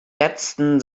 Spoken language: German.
letzten